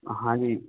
हाँ जी